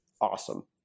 awesome